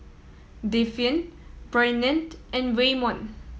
Devyn Bryant and Waymon